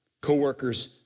Co-workers